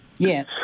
Yes